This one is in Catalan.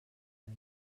veí